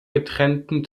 getrennten